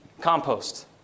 compost